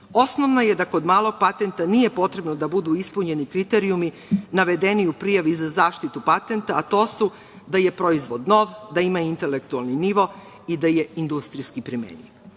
Osnovno je da kod malog patenta nije potrebno da budu ispunjeni kriterijumi navedeni u prijavi za zaštitu patenta, a to su da je proizvod nov, da ima intelektualni nivo i da je industrijski primenjiv. Mali